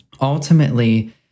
ultimately